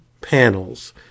panels